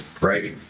right